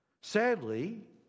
Sadly